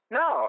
no